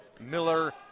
Miller